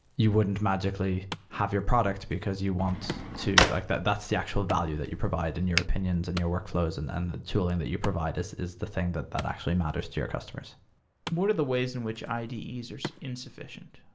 you wouldn't magically have your product because you want to like that's the actual value that you provide in your opinions and your workflows and and a tooling that you provide is is the thing that that actually matters to your customers what are the ways in which ide users insufficient,